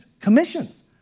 commissions